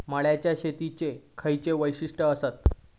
मळ्याच्या शेतीची खयची वैशिष्ठ आसत?